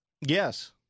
Yes